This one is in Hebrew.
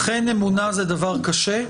אכן אמונה זה דבר קשה,